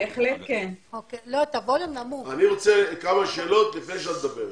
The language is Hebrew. אני רוצה כמה שאלות לפני שאת מדברת.